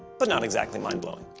but not exactly mind-blowing.